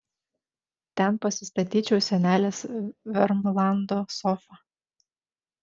ten pasistatyčiau senelės vermlando sofą